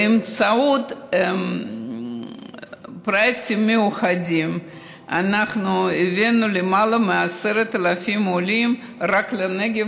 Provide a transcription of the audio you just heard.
באמצעות פרויקטים מיוחדים הבאנו למעלה מ-10,000 עולים רק לנגב,